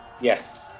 Yes